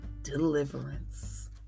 Deliverance